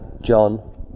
John